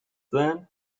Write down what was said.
then